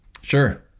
Sure